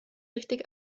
richtig